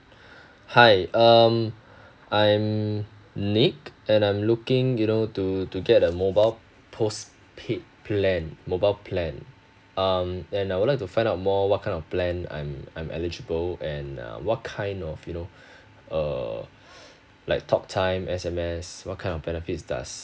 hi um I'm nick and I'm looking you know to to get a mobile postpaid plan mobile plan um and I would like to find out more what kind of plan I'm I'm eligible and uh what kind of you know err like talk time S_M_S what kind of benefits does